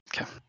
Okay